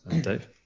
Dave